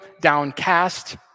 downcast